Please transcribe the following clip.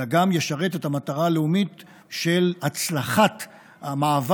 אלא גם ישרת את המטרה הלאומית של הצלחת המעבר,